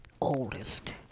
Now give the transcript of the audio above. oldest